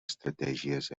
estratègies